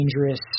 dangerous